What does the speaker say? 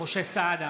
משה סעדה,